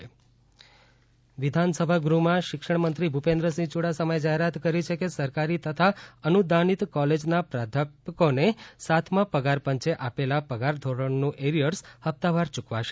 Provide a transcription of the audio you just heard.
વિધાનસભામાં જવાબ વિધાનસભા ગૃહ માં શિક્ષણ મંત્રી ભૂપેન્દ્રસિંહ યુડાસમા એ જાહેરાત કરી છે કે સરકારી તથા અનુદાનિત કોલેજ ના પ્રધ્યાપકો ને સાતમા પગાર પંચે આપેલા પગાર ધોરણ નું એરિયર્સ હપતાવાર યૂકવાશે